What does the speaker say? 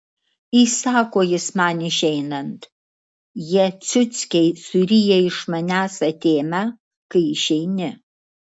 įsako jis man išeinant jie ciuckiai suryja iš manęs atėmę kai išeini